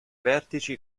vertici